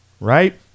right